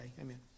Amen